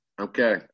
Okay